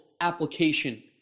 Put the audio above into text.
application